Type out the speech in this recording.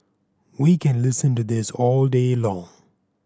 we can listen to this all day long